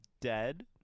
dead